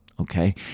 okay